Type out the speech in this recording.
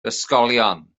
ysgolion